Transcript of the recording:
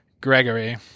Gregory